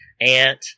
aunt